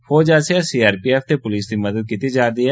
फौज आसेआ सीआरपीएफ ते पुलस दी मदद कीती जा'रदी ऐ